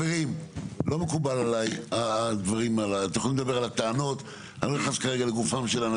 אני רוצה להגיד לכם שנוסף על כך,